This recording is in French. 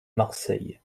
marseille